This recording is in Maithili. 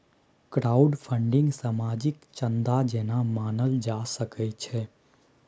क्राउडफन्डिंग सामाजिक चन्दा जेना मानल जा सकै छै